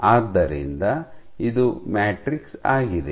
ಆದ್ದರಿಂದ ಇದು ಮ್ಯಾಟ್ರಿಕ್ಸ್ ಆಗಿದೆ